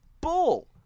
bull